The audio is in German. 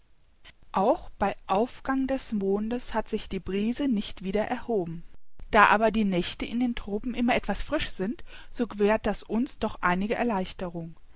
auch bei aufgang des mondes hat sich die brise nicht wieder erhoben da aber die nächte in den tropen immer etwas frisch sind so gewährt das uns doch einige erleichterung